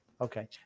Okay